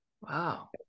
Wow